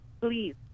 please